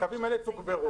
הקווים האלה תוגברו.